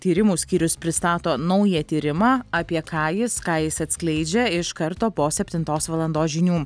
tyrimų skyrius pristato naują tyrimą apie ką jis ką jis atskleidžia iš karto po septintos valandos žinių